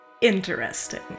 ...interesting